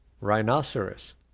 rhinoceros